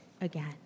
again